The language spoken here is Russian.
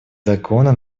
закона